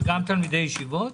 זה גם תלמידי ישיבות